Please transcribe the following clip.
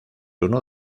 uno